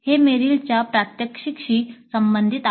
हे मेरिलच्या प्रात्यक्षिक शी संबंधित आहे